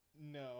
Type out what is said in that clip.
No